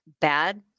bad